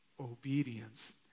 obedience